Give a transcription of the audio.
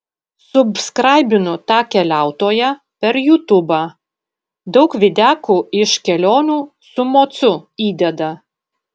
subskraibinu tą keliautoją per jutubą daug videkų iš kelionių su mocu įdeda